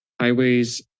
highways